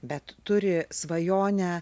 bet turi svajonę